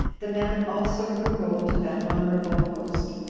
the man also grew old in that honorable post,